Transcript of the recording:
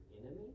enemy